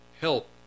help